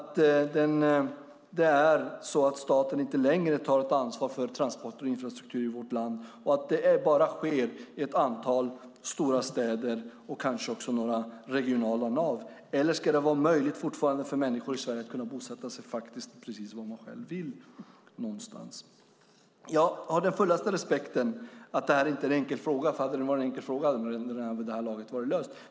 Tar staten inte längre ett ansvar för transporter och infrastruktur överallt i vårt land utan bara i ett antal stora städer och kanske i några regionala nav? Eller ska det fortfarande vara möjligt för människor i Sverige att bosätta sig precis var de själva vill? Jag har full respekt för att detta inte är en enkel fråga. Hade det varit en enkel fråga hade den varit löst.